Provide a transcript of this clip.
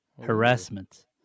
harassment